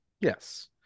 Yes